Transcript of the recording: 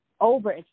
over